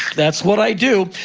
that's what i do.